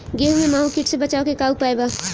गेहूँ में माहुं किट से बचाव के का उपाय बा?